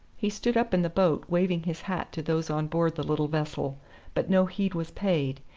he stood up in the boat waving his hat to those on board the little vessel but no heed was paid,